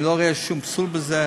אני לא רואה שום פסול בזה.